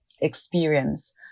experience